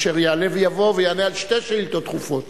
אשר יעלה ויבוא ויענה על שתי שאילתות דחופות.